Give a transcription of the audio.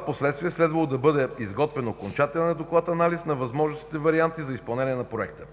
впоследствие е следвало да бъде изготвен окончателен доклад-анализ на възможните варианти за изпълнение на проекта.